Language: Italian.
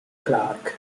clark